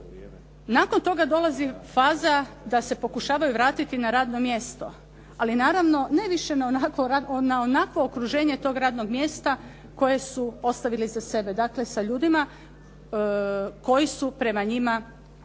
nakon toga dolazi faza da se pokušavaju vratiti na radno mjesto ali naravno ne više na onakvo okruženje tog radnog mjesta koje su ostavili iza sebe dakle sa ljudima koji su prema njima